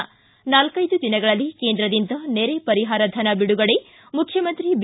ಿ ನಾಲೈದು ದಿನಗಳಲ್ಲಿ ಕೇಂದ್ರದಿಂದ ನೆರೆ ಪರಿಹಾರ ಧನ ಬಿಡುಗಡೆ ಮುಖ್ಯಮಂತ್ರಿ ಬಿ